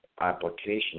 application